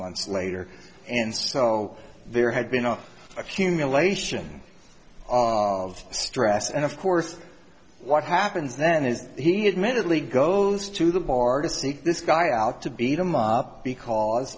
months later and so there had been no accumulation of stress and of course what happens then is he admittedly goes to the bar to seek this guy out to beat him up because